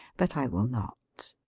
but i will not.